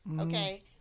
okay